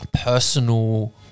personal